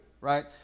right